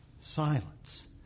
Silence